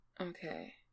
Okay